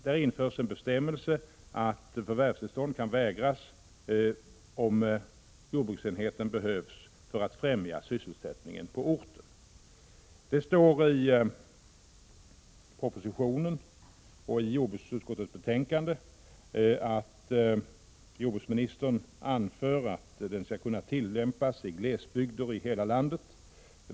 Där införs en bestämmelse om att förvärvstillstånd kan vägras, om jordbruksenheten behövs för att främja sysselsättningen på orten. Jordbruksutskottet instämmer här i det som uttalas i propositionen. Utskottet skriver: ”Som jordbruksministern anfört bör bestämmelsen kunna tillämpas i glesbygder i hela landet.